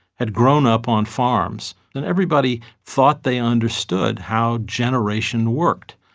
had grown up on farms, and everybody thought they understood how generation worked.